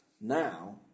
Now